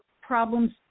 problems